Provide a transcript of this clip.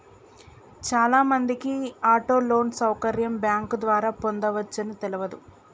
చాలామందికి auto loan సౌకర్యం bank ద్వారా పొందవచ్చని తెలవదు